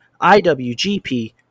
IWGP